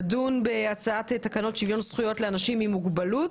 נדון בהצעת תקנות שוויון זכויות לאנשים עם מוגבלות